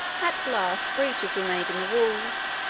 at last breaches were made in the walls,